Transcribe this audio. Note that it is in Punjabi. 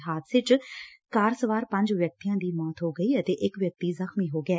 ਇਸ ਹਾਦਸੇ ਚ ਕਾਰ ਸਵਾਰ ਪੰਜ ਵਿਅਕਤੀਆਂ ਦੀ ਮੌਤ ਹੋ ਗਈ ਅਤੇ ਇੱਕ ਵਿਅਕਤੀ ਜਖ਼ਮੀ ਹੋ ਗਿਐ